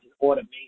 automation